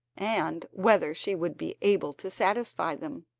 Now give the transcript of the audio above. and whether she would be able to satisfy them.